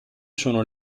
sono